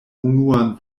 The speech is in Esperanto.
unuan